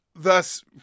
Thus